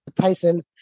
Tyson